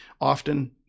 often